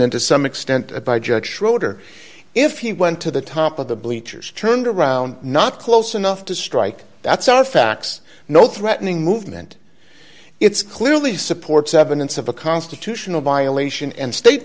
and to some extent by judge schroeder if he went to the top of the bleachers turned around not close enough to strike that's our fax no threatening movement it's clearly supports evidence of a constitutional violation and state